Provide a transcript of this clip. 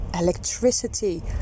electricity